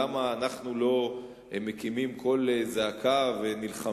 למה אנחנו לא מקימים קול זעקה ונלחמים,